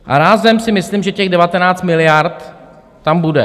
A rázem si myslím, že těch 19 miliard tam bude.